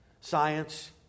Science